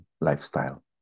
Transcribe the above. lifestyle